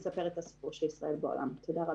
בסדר גמור, תודה רבה.